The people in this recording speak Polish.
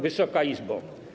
Wysoka Izbo!